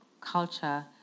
culture